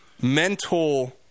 mental